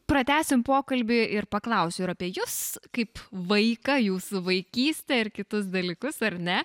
pratęsim pokalbį ir paklausiu ir apie jus kaip vaiką jūsų vaikystę ir kitus dalykus ar ne